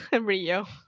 Rio